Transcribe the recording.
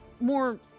more